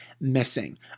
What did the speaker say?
missing